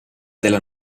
della